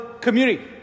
community